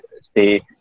stay